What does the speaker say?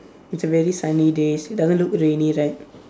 it's a very sunny day it doesn't look rainy right